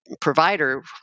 provider